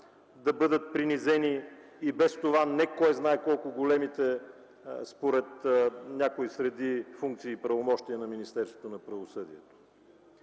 Да бъдат принизени и без това не кой знае колко големите според някои съдии функции и правомощия на Министерството на правосъдието?